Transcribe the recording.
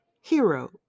Hero